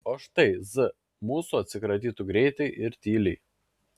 o štai z mūsų atsikratytų greitai ir tyliai